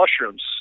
mushrooms